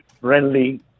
friendly